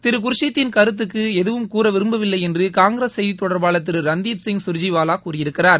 திரு குர்ஷித்தின் கருத்துக்கு எதுவும் கூற விரும்பவில்லை என்று காங்கிரஸ் செய்தி தொடர்பாளர் திரு ரந்தீப் சிங் சுர்ஜிவாலா கூறியிருக்கிறார்